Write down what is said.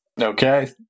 Okay